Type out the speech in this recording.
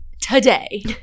today